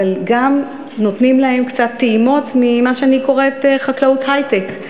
אבל גם נותנים להם קצת טעימות ממה שאני קוראת "חקלאות היי-טק".